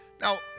Now